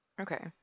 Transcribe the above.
Okay